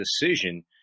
decision